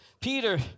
Peter